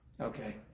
Okay